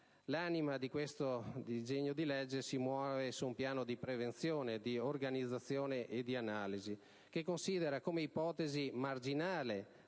L'anima del disegno di legge si muove su un piano di prevenzione, di organizzazione e di analisi, che considera come ipotesi marginale